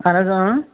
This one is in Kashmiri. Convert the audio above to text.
اہن حظ